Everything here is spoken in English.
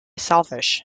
selfish